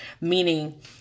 Meaning